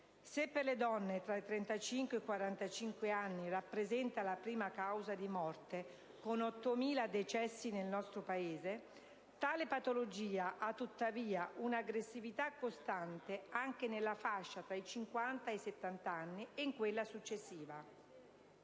Se per le donne tra i 35 e 45 anni rappresenta la prima causa di morte, con 8.000 decessi annui nel nostro Paese, tale patologia ha tuttavia un'aggressività costante anche nella fascia tra i 50 e i 70 anni e in quella successiva.